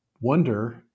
wonder